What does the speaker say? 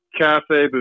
Cafe